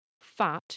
fat